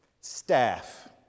staff